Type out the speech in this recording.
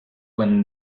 when